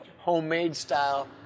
homemade-style